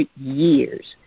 years